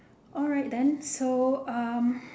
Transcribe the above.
alright then so um